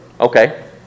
Okay